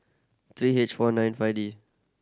three H four nine five D